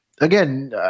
again